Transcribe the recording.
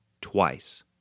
twice